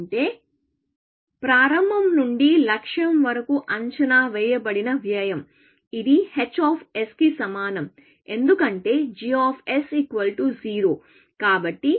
అంటే ప్రారంభం నుండి లక్ష్యం వరకు అంచనా వేయబడిన వ్యయం ఇది hకి సమానం ఎందుకంటే g 0